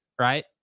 right